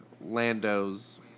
Lando's